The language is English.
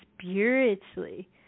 spiritually